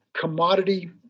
commodity